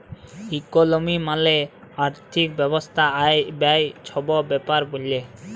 ইকলমি মালে আথ্থিক ব্যবস্থা আয়, ব্যায়ে ছব ব্যাপারে ব্যলে